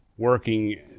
Working